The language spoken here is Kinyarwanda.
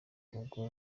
ubwo